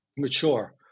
mature